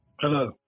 Hello